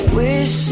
wish